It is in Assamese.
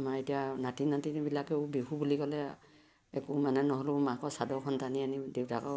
আমাৰ এতিয়া নাতি নাতিনীবিলাকেও বিহু বুলি ক'লে একো মানে নহ'লেও মাকৰ চাদৰখন টানি আনি দেউতাকৰ